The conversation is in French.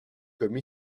comme